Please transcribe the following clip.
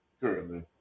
currently